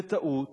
בטעות,